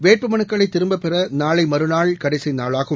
வேட்புமனுக்களைதிரும்பப்பெறநாளைமறுநாள் கடைசிநாளாகும்